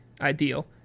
ideal